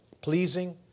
pleasing